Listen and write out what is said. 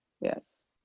Yes